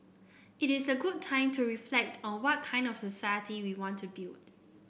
it is a good time to reflect on what kind of society we want to build